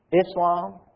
Islam